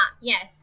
yes